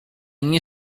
nie